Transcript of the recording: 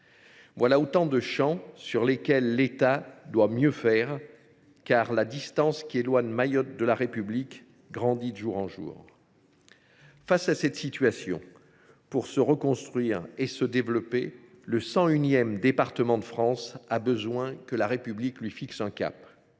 Voilà autant de champs sur lesquels l’État doit mieux faire, car la distance qui éloigne Mayotte de la République grandit de jour en jour. Face à cette situation, pour se reconstruire et se développer, le cent unième département de France a besoin que la République lui fixe un cap,